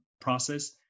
process